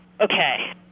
Okay